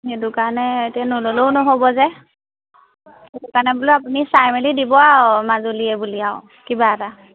সেইটো কাৰণে এতিয়া নল'লেও নহ'ব যে সেইটোকাৰণে বোলো আপুনি চাই মেলি দিব আৰু মাজুলীৰে বুলি আও কিবা এটা